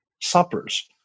suppers